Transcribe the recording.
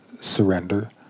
surrender